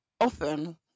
often